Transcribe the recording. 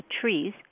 trees